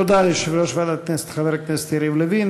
תודה ליושב-ראש ועדת הכנסת חבר הכנסת יריב לוין.